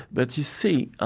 but you see, ah